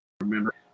remember